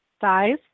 Size